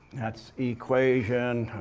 that's equation,